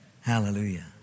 Hallelujah